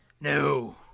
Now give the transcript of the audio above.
No